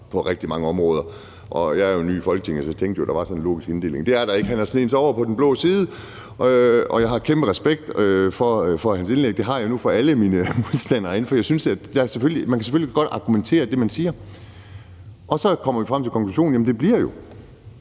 på rigtig mange områder, og jeg er jo ny i Folketinget, så jeg tænkte, at der var sådan en logisk inddeling. Det er der ikke. Han har sneget sig over på den blå side, og jeg har kæmpe respekt for hans indlæg. Det har jeg nu for alle mine modstandere herinde. Man kan selvfølgelig godt argumentere for det, man siger, og så kommer vi frem til konklusionen, nemlig at det jo